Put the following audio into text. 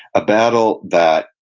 a battle that,